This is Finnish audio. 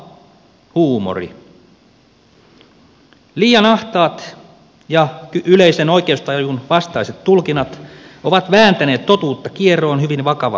liian ahtaat ja yleisen oikeustajun vastaiset tulkinnat ovat vääntäneet totuutta kieroon hyvin vakavalla tavalla